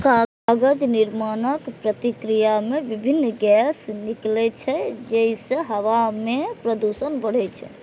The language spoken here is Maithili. कागज निर्माणक प्रक्रिया मे विभिन्न गैस निकलै छै, जइसे हवा मे प्रदूषण बढ़ै छै